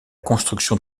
construction